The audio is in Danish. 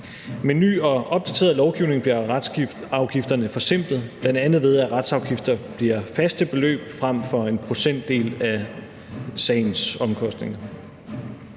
Med en ny opdateret lovgivning bliver retsafgifterne forsimplet, bl.a. ved at de kommer til at udgøre et fast beløb frem for en procentdel af sagens omkostninger.